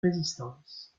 résistance